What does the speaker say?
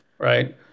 Right